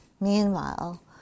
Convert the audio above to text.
Meanwhile